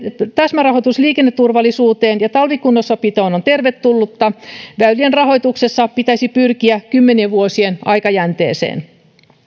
täsmärahoitus liikenneturvallisuuteen ja talvikunnossapitoon on tervetullutta väylien rahoituksessa pitäisi pyrkiä kymmenien vuosien aikajänteeseen